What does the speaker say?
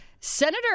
Senator